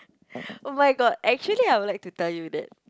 oh-my-god actually I would like to tell you that